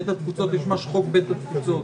לבית התפוצות יש ממש חוק בית התפוצות.